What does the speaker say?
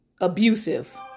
abusive